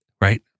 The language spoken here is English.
right